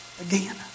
again